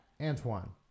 Antoine